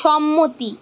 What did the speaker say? সম্মতি